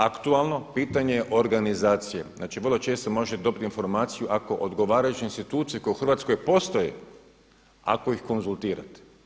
Aktualno je pitanje organizacije, znači vrlo često se može dobiti informaciju ako odgovarajuće institucije koje u Hrvatskoj postoje, ako ih konzultirate.